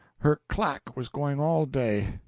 her clack was going all day,